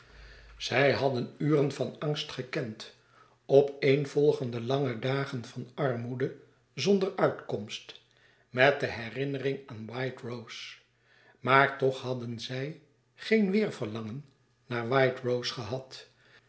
zij hadden uren van angst gekend opeenvolgende lange dagen van armoede zonder uitkomst met de herinnering aan white rose maar toch hadden zij geen weêrverlangen naar white rose gehad